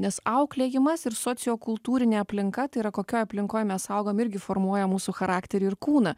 nes auklėjimas ir sociokultūrinė aplinka tai yra kokioj aplinkoj mes augom irgi formuoja mūsų charakterį ir kūną